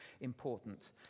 important